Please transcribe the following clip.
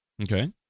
Okay